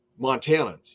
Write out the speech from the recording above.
Montanans